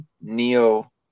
neo